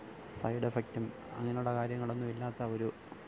സൈഡെഫക്റ്റും അങ്ങനുള്ള കാര്യങ്ങളൊന്നും ഇല്ലാത്ത ഒരു